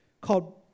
called